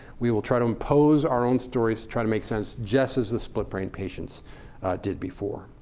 we will try to impose our own stories to try to make sense, just as the split-brain patients did before.